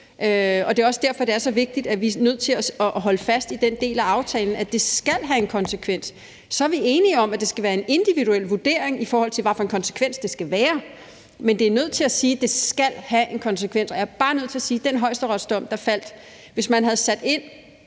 og det er også derfor, at det er så vigtigt, og at vi er nødt til at holde fast i den del af aftalen, og at det skal have en konsekvens. Så er vi enige om, at det skal være en individuel vurdering, i forhold til hvad for en konsekvens det skal være, men vi er nødt til at sige, at det skal have en konsekvens. Og jeg er bare nødt til at sige i forhold til den højesteretsdom, der faldt, at hvis man havde sat ind